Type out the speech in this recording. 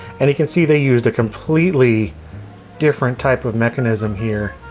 and you can see they used a completely different type of mechanism here.